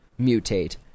mutate